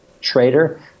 trader